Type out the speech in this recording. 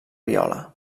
viola